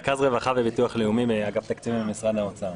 רכז רווחה וביטוח לאומי מאגף תקציבים במשרד האוצר.